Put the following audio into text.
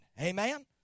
Amen